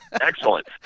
Excellent